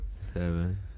Seven